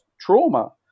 trauma